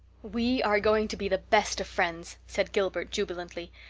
we are going to be the best of friends, said gilbert, jubilantly.